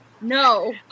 No